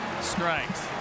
strikes